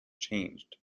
changed